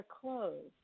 closed